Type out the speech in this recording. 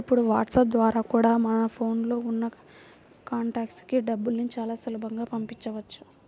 ఇప్పుడు వాట్సాప్ ద్వారా కూడా మన ఫోన్ లో ఉన్న కాంటాక్ట్స్ కి డబ్బుని చాలా సులభంగా పంపించవచ్చు